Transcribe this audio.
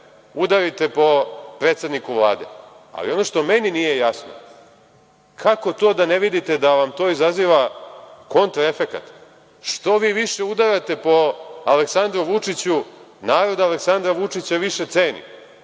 udarite po predsedniku Vlade. Ali, ono što meni nije jasno, kako to da ne vidite da vam to izaziva kontraefekat. Što vi više udarate po Aleksandru Vučiću, narod Aleksandra Vučića više ceni,